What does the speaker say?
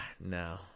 no